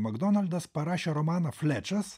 makdonaldas parašė romaną flečas